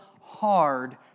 hard